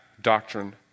doctrine